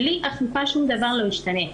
בלי אכיפה שום דבר לא ישתנה.